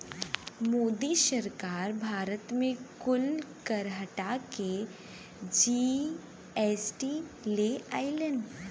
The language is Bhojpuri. मोदी सरकार भारत मे कुल कर हटा के जी.एस.टी ले अइलन